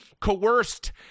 coerced